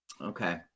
okay